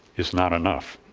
is not enough.